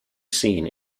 seen